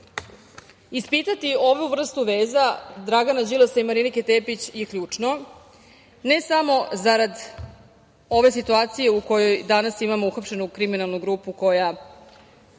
Ispitati ovu vrstu veza Dragana Đilasa i Marinike Tepić je ključno, ne samo zarad ove situacije u kojoj danas imamo uhapšenu kriminalnu grupu koja